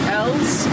else